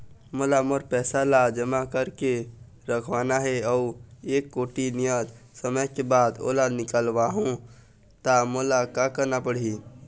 मोला मोर पैसा ला जमा करके रखवाना हे अऊ एक कोठी नियत समय के बाद ओला निकलवा हु ता मोला का करना पड़ही?